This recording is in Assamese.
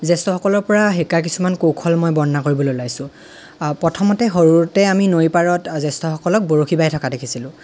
জেষ্ঠ্যসকলৰ পৰা শিকা কিছুমান কৌশল মই বৰ্ণনা কৰিবলৈ ওলাইছোঁ প্ৰথমতে সৰুতে আমি নৈৰ পাৰত জেষ্ঠ্যসকলক বৰশী বাই থকা দেখিছিলোঁ